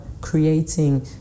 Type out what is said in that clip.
creating